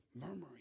murmuring